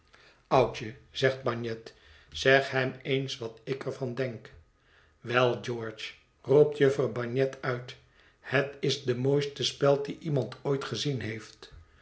oudje zegt bagnet zeg hem eens wat ik er van denk wel george roept jufvrouw bagnet uit het is de mooiste speld die iemand ooit gezien heeft